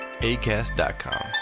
ACAST.com